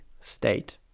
state